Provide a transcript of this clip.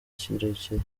kirekire